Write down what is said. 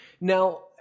Now